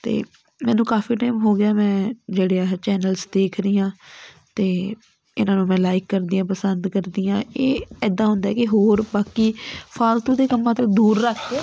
ਅਤੇ ਮੈਨੂੰ ਕਾਫੀ ਟਾਈਮ ਹੋ ਗਿਆ ਮੈਂ ਜਿਹੜੇ ਇਹ ਚੈਨਲਜ਼ ਦੇਖ ਰਹੀ ਹਾਂ ਅਤੇ ਇਹਨਾਂ ਨੂੰ ਮੈਂ ਲਾਈਕ ਕਰਦੀ ਹਾਂ ਪਸੰਦ ਕਰਦੀ ਹਾਂ ਇਹ ਐਦਾਂ ਹੁੰਦਾ ਕਿ ਹੋਰ ਬਾਕੀ ਫਾਲਤੂ ਦੇ ਕੰਮਾਂ ਤੋਂ ਦੂਰ ਰੱਖ ਕੇ